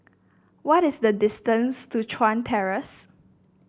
what is the distance to Chuan Terrace